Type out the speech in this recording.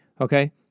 okay